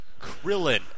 Krillin